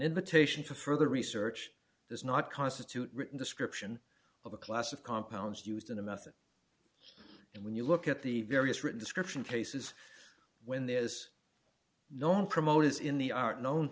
invitation to further research does not constitute written description of a class of compounds used in a method and when you look at the various written description cases when there is no known promote as in the art known